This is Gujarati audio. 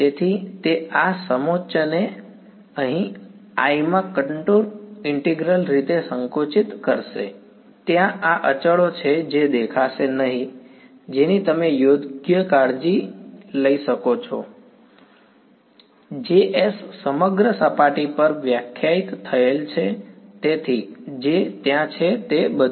તેથી તે આ સમોચ્ચને અહીં I માં કંટુર ઈન્ટિગ્રલ રીતે સંકુચિત કરશે ત્યાં આ અચળો છે જે દેખાશે જેની તમે યોગ્ય કાળજી લઈ શકો છો Js સમગ્ર સપાટી પર વ્યાખ્યાયિત થયેલ છે તેથી જે ત્યાં છે તે બધું